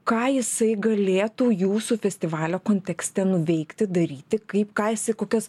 ką jisai galėtų jūsų festivalio kontekste nuveikti daryti kaip ką isai kokios